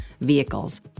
vehicles